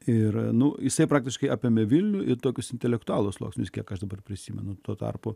ir nu jisai praktiškai apėmė vilnių į tokius intelektualų sluoksnius kiek aš dabar prisimenu tuo tarpu